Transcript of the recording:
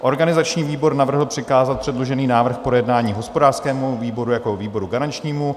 Organizační výbor navrhl přikázat předložený návrh k projednání hospodářskému výboru jako výboru garančnímu.